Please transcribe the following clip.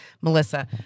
Melissa